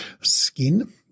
Skin